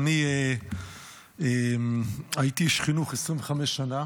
שאני הייתי איש חינוך 25 שנה,